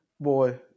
Boy